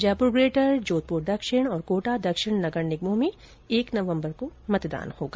Jaipur greater Jodhpur दक्षिण और कोटा दक्षिण नगर निगमों में एक नवम्बर को मतदान होगा